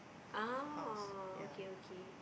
house yeah